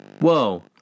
Whoa